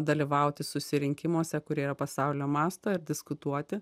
dalyvauti susirinkimuose kurie yra pasaulinio masto ir diskutuoti